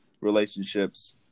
relationships